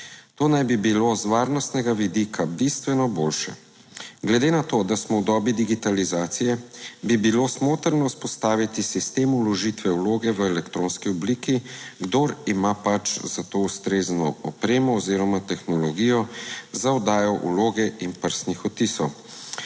To naj bi bilo z varnostnega vidika bistveno boljše. Glede na to, da smo v dobi digitalizacije, bi bilo smotrno vzpostaviti sistem vložitve vloge v elektronski obliki, kdor ima pač za to ustrezno opremo oziroma tehnologijo za oddajo vloge in prstnih odtisov.